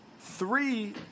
three